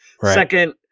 Second